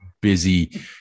busy